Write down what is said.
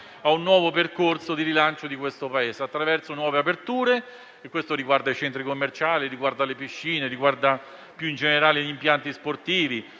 a un nuovo percorso di rilancio del Paese attraverso nuove aperture. E tutto questo riguarda i centri commerciali, le piscine, più in generale gli impianti sportivi,